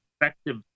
effective